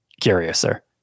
curiouser